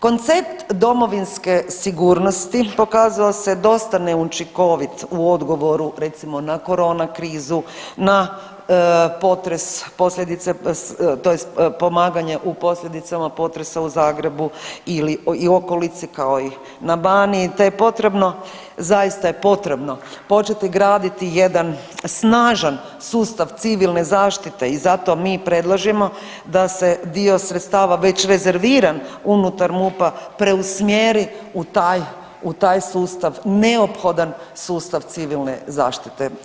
Koncept domovinske sigurnosti pokazao se dosta neučinkovit u odgovoru recimo na korona krizu, na potres, posljedice tj. pomaganje u posljedicama potresa u Zagrebu i okolici, kao i na Baniji, te je potrebno, zaista je potrebno početi graditi jedan snažan sustav civilne zaštite i zato mi predlažemo da se dio sredstava već rezerviran unutar MUP-a preusmjeri u taj, u taj sustav, neophodan sustav civilne zaštite.